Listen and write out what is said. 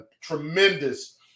tremendous